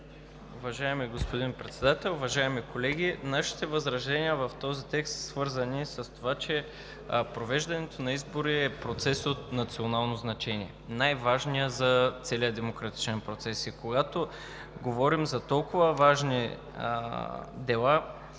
Уважаеми господин Председател, уважаеми колеги! Нашите възражения в този текст са свързани с това, че провеждането на избори е процес от национално значение, най-важният за целия демократичен процес. И когато говорим за толкова важни дела,